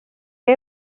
que